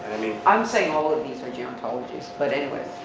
i'm saying all of these are geontologies, but anyways.